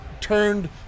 turned